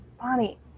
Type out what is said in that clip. Bonnie